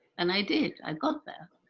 and i did. i got there.